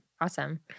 awesome